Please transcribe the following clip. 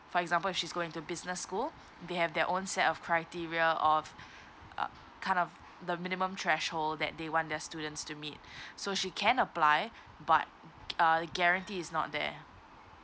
for example if she's going to business school they have their own set of criteria of uh kind of the minimum threshold that they want their students to meet so she can apply but uh guarantee is not there